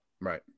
Right